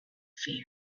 showed